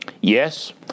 Yes